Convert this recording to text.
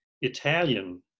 Italian